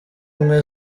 ubumwe